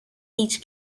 each